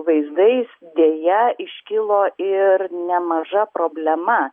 vaizdais deja iškilo ir nemaža problema